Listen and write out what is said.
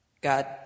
God